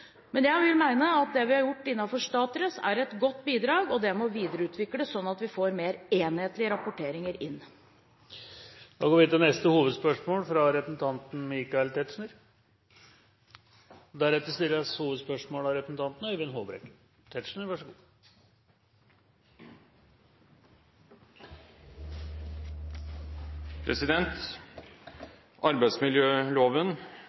Men jeg mener at det vi har gjort innenfor StatRes, er et godt bidrag. Det må videreutvikles, sånn at vi får mer enhetlige rapporteringer inn. Vi går til neste hovedspørsmål.